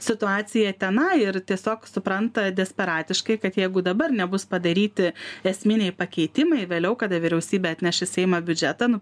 situaciją tenai ir tiesiog supranta desperatiškai kad jeigu dabar nebus padaryti esminiai pakeitimai vėliau kada vyriausybė atneš į seimą biudžetą nu